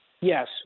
Yes